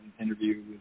interview